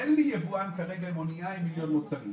אין לי יבואן כרגע עם אנייה עם מיליון מוצרים,